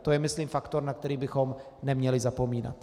To je myslím faktor, na který bychom neměli zapomínat.